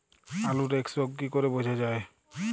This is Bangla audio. আলুর এক্সরোগ কি করে বোঝা যায়?